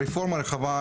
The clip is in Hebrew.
הרפורמה הרחבה,